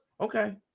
Okay